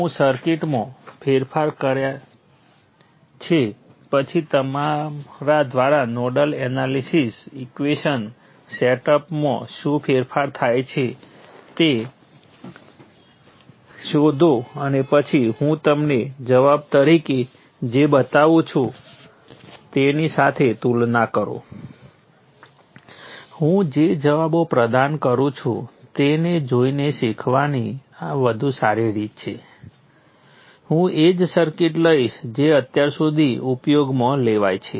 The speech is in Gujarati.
હવે મર્યાદા એ છે કે આપણે અત્યાર સુધી જે કંઇ અભ્યાસ કર્યો છે તે સ્વતંત્ર કરંટ સ્ત્રોત અને રેઝિસ્ટર સાથેના સર્કિટને લાગુ પડે છે